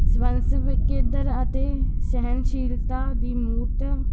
ਸਵੰਸੀਵਿਕ ਕੇਂਦਰ ਅਤੇ ਸਹਿਣਸ਼ੀਲਤਾ ਦੀ ਮੂਰਤ